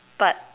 but